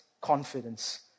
confidence